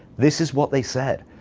this is what they said,